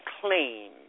claim